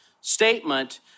statement